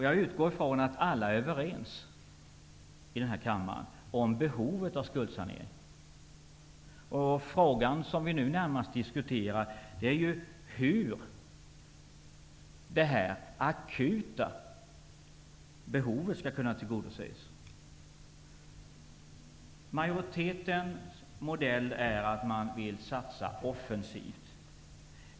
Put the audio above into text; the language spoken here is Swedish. Jag utgår från att alla här i kammaren är överens om behovet av skuldsanering. Frågan som vi nu närmast diskuterar är hur det akuta behovet skall kunna tillgodoses. Majoritetens modell är att satsa offensivt.